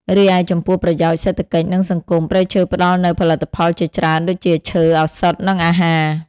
រីឯចំពោះប្រយោជន៍សេដ្ឋកិច្ច និងសង្គម ព្រៃឈើផ្ដល់នូវផលិតផលជាច្រើនដូចជាឈើ ឱសថ និងអាហារ។